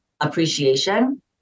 appreciation